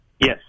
Yes